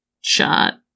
shot